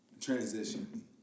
Transition